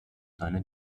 seine